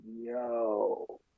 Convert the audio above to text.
yo